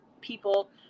people